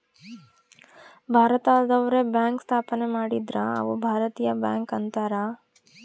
ಭಾರತದವ್ರೆ bank ಸ್ಥಾಪನೆ ಮಾಡಿದ್ರ ಅವು ಭಾರತೀಯ ಬ್ಯಾಂಕ್ ಅಂತಾರ